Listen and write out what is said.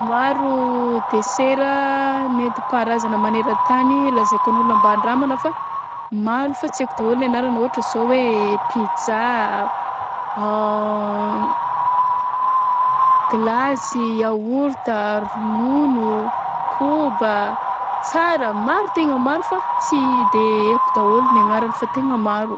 Maro desera maro nentim-parazana maneran-tany lazaiko an'olona mba andramana fa maro fa tsy aiko daôly ny anaragny ôhatra zao hoe pizza an glasy; yaorta, ronono, koba, tsara maro tegna maro fa tsy de aiko daôly ny agnarany fa tegna maro.